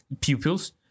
pupils